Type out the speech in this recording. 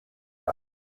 ein